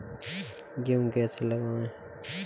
गेहूँ कैसे लगाएँ?